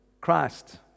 Christ